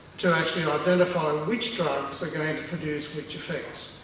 to actually identify which drugs are going and to produce which effects.